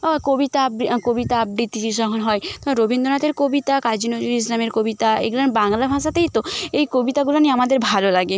ও কবিতা কবিতা আবৃতি যে যখন হয় তখন রবীন্দ্রনাথের কবিতা কাজি নজরুল ইসলামের কবিতা এইগুলা বাংলা ভাষাতেই তো এই কবিতাগুলো নিয়ে আমাদের ভালো লাগে